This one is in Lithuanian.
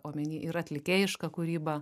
omeny ir atlikėjišką kūrybą